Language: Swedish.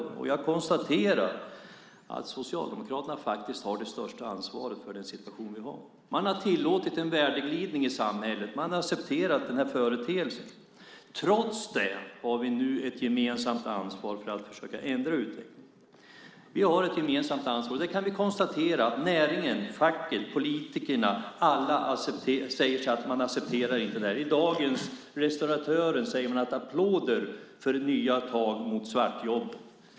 Jag konstaterar att Socialdemokraterna har det största ansvaret. Man har tillåtit en värdeglidning i samhället. Man accepterar denna företeelse. Trots det har vi nu ett gemensamt ansvar för att försöka ändra utvecklingen. Näringen, facket, politikerna - alla säger att detta inte kan accepteras. I dagens nummer av Restauratören ger man applåder för de nya tagen mot svartjobb.